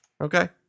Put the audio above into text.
Okay